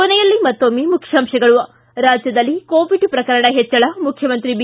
ಕೊನೆಯಲ್ಲಿ ಮತ್ತೊಮ್ಮೆ ಮುಖ್ಯಾಂಶಗಳು ಿ ರಾಜ್ಯದಲ್ಲಿ ಕೋವಿಡ್ ಪ್ರಕರಣ ಹೆಚ್ಚಳ ಮುಖ್ಖಮಂತ್ರಿ ಬಿ